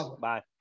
Bye